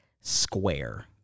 square